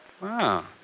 Wow